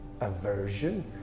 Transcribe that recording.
aversion